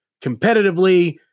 competitively